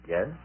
Yes